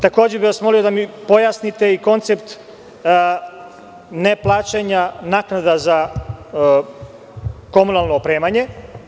Takođe, bi vas molio da mi pojasnite i koncept ne plaćanja naknada za komunalno opremanje.